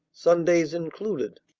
sundays included.